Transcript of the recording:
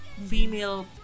female